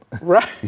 Right